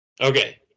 okay